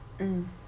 mm